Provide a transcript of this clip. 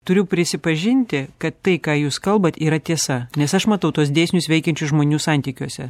turiu prisipažinti kad tai ką jūs kalbat yra tiesa nes aš matau tuos dėsnius veikiančius žmonių santykiuose